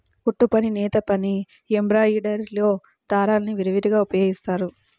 కుట్టుపని, నేతపని, ఎంబ్రాయిడరీలో దారాల్ని విరివిగా ఉపయోగిస్తారు